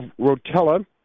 Rotella